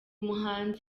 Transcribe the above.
muhanzi